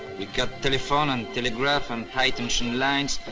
we cut telephone, and telegraph, and high-tension lines.